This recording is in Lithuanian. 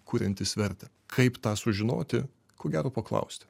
kuriantys vertę kaip tą sužinoti ko gero paklausti